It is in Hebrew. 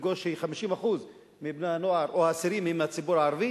ולראות ש-50% מבני-הנוער או האסירים הם מהציבור הערבי,